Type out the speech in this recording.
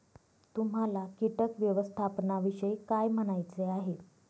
तुम्हाला किटक व्यवस्थापनाविषयी काय म्हणायचे आहे?